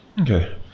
Okay